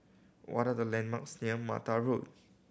what are the landmarks near Mata Road